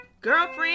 Girlfriend